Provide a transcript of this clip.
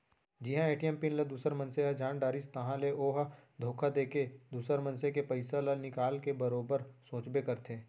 जिहां ATM PIN ल दूसर मनसे ह जान डारिस ताहाँले ओ ह धोखा देके दुसर मनसे के पइसा ल निकाल के बरोबर सोचबे करथे